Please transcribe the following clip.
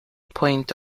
point